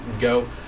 go